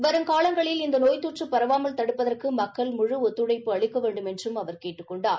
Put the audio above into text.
வருங்காலங்களில் இந்த நோய் தொற்று பரவாமல் தடுப்பதற்கு மக்கள் முழு ஒத்துழைப்பு அளிக்க வேண்டுமென்றும் அவர் கேட்டுக் கொண்டார்